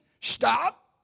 stop